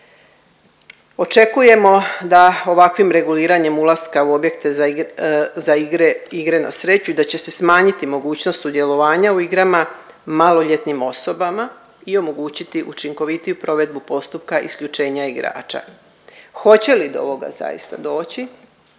Očekujemo da ovakvim reguliranjem ulaska u objekte za igre, igre na sreću i da će se smanjiti mogućnost sudjelovanja u igrama maloljetnim osobama i omogućiti učinkovitiju provedbu postupka isključenja igrača. Hoće li do ovoga zaista doći